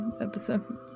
episode